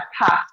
path